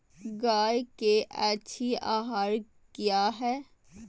गाय के अच्छी आहार किया है?